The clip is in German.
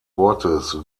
wortes